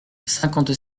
cinquante